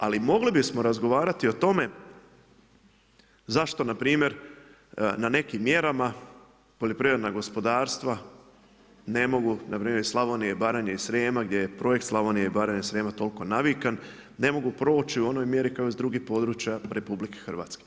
Ali, mogli bismo razgovarati o tome, zašto npr. na nekim mjerama poljoprivredna gospodarstva, ne mogu, npr. iz Slavonije, Baranje, Srijema, gdje je projekt Slavonije, Baranje, Srijema, toliko navikan, ne mogu proći u onoj mjeri kao iz drugih područja RH.